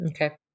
okay